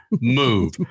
move